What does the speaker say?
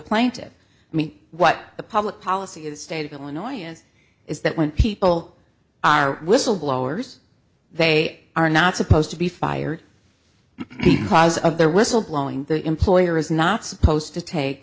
plaintive me what the public policy in the state of illinois is is that when people are whistle blowers they are not supposed to be fired because of their whistle blowing the employer is not supposed to take